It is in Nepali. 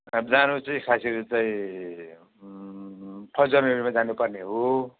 आब् जानु चाहिँ खास गरी चाहिँ फर्स्ट जनवरीमा जानुपर्ने हो